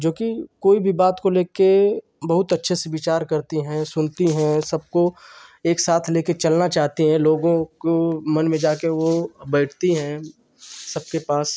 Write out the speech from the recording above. जो कि कोई भी बात को ले के बहुत अच्छे से विचार करती हैं सुनती हैं सबको एक साथ ले कर चलना चाहती हैं लोगों को मन में जा कर वो बैठती हैं सबके पास